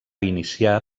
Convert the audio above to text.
iniciar